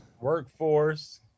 Workforce